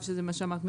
מה שאמרת,